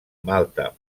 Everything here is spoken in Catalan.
malta